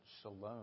shalom